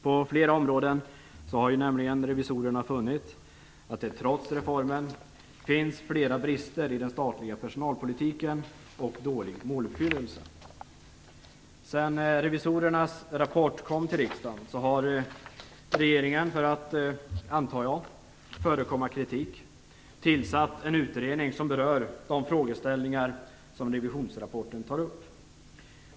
På flera områden har revisorerna funnit att det trots reformen finns flera brister i den statliga personalpolitiken och dålig måluppfyllelse. Sedan revisorernas rapport kom till riksdagen har regeringen för att, som jag antar, förekomma kritik tillsatt en utredning som berör de frågeställningar som revisionsrapporten tar upp.